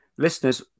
Listeners